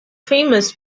famous